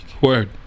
Word